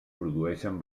produeixen